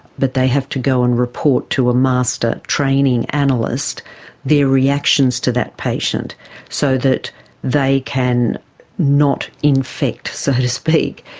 but they have to go and report to a master training analyst their reactions to that patient so that they can not infect, so to speak,